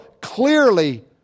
clearly